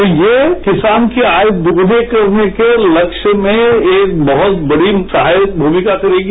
तो ये किसान की आय दोगुना करने के लस्य में एक बहुत बड़ी सहायक भूमिका करेगी